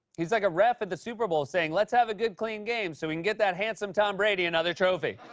he's like a ref at the super bowl saying, let's have a good, clean game so we can get that handsome tom brady another trophy.